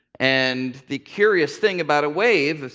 and the curious thing about a wave,